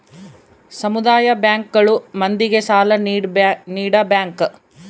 ಸಮುದಾಯ ಬ್ಯಾಂಕ್ ಗಳು ಮಂದಿಗೆ ಸಾಲ ನೀಡ ಬ್ಯಾಂಕ್